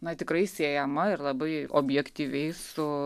na tikrai siejama ir labai objektyviai su